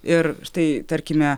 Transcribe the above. ir štai tarkime